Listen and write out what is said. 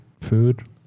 Food